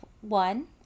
one